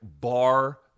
bar